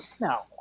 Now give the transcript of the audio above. No